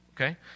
okay